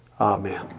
Amen